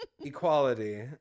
equality